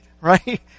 right